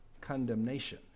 condemnation